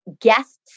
guests